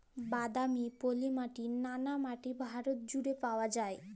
বাদামি, পলি মাটি, ললা মাটি ভারত জুইড়ে পাউয়া যায়